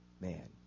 man